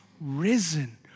risen